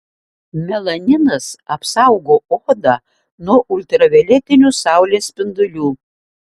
melaninas apsaugo odą nuo ultravioletinių saulės spindulių